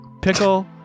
Pickle